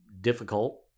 difficult